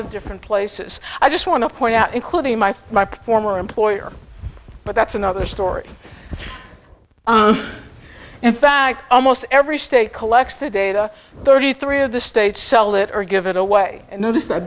of different places i just want to point out including my my performer employer but that's another story in fact almost every state collects the data thirty three of the states sell it or give it away and